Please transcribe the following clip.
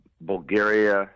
Bulgaria